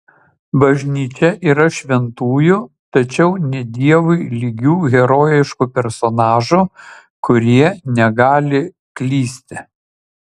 bažnyčia yra šventųjų tačiau ne dievui lygių herojiškų personažų kurie negali klysti